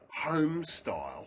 homestyle